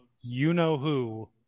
you-know-who